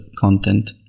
content